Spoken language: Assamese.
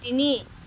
তিনি